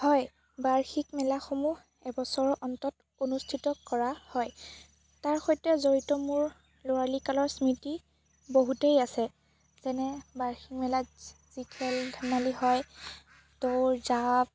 হয় বাৰ্ষিক মেলাসমূহ এবছৰৰ অন্তত অনুষ্ঠিত কৰা হয় তাৰ সৈতে জড়িত মোৰ ল'ৰালিকালৰ স্মৃতি বহুতেই আছে যেনে বাৰ্ষিক মেলাত যি খেল ধেমালি হয় দৌৰ জাঁপ